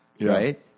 right